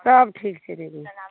सब ठीक छै दीदी